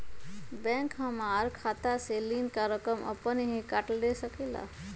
Bank हमार खाता से ऋण का रकम अपन हीं काट ले सकेला?